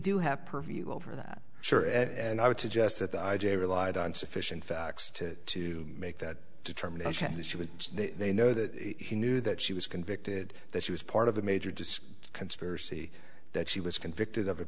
do have purview over that sure and i would suggest that the i j a relied on sufficient facts to make that determination that she was they know that he knew that she was convicted that she was part of the major disc conspiracy that she was convicted of